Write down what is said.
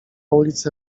ulicę